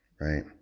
right